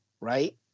right